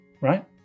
right